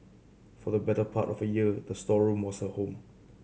for the better part of a year the storeroom was her home